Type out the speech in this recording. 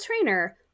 trainer